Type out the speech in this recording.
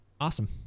Awesome